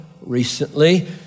recently